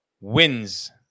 wins